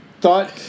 thought